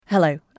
Hello